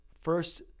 first